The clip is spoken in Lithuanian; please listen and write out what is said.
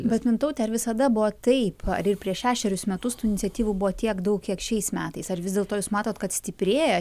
bet mintaute ar visada buvo taip ir prieš šešerius metus tų iniciatyvų buvo tiek daug kiek šiais metais ar vis dėlto jūs matot kad stiprėja